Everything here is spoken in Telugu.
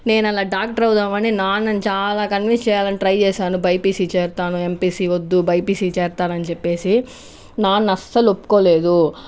నేను అలా డాక్టర్ అవుతాం అని నాన్నని చాలా కన్వెన్స్ చేయాలనీ ట్రై చేశాను బైపీసీ చేరుతాను ఎంపీసి వద్దు బైపీసీ చేరుతాను అని చెప్పి నాన్న అసలు ఒప్పుకోలేదు